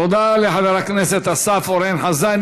תודה לחבר הכנסת אסף אורן חזן.